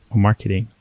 marketing,